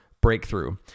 breakthrough